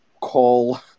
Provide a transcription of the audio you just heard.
call